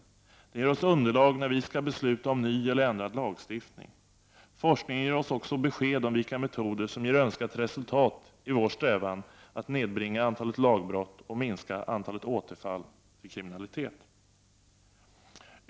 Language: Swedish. Dessa kunskaper ger oss underlag när vi skall fatta beslut om ny eller ändrad lagstiftning. Forskningen ger oss också besked om vilka metoder som ger önskat resultat i vår strävan att nedbringa antalet lagbrott och minska antalet återfall i kriminalitet.